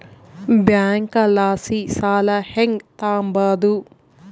ಬ್ಯಾಂಕಲಾಸಿ ಸಾಲ ಹೆಂಗ್ ತಾಂಬದು?